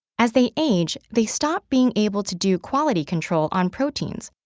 as they age, they stop being able to do quality control on proteins,